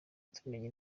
tumenya